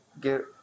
get